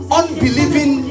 unbelieving